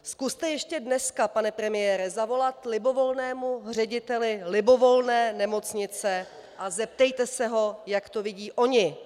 Zkuste ještě dneska, pane premiére, zavolat libovolnému řediteli libovolné nemocnice a zeptejte se ho, jak to vidí oni.